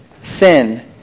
Sin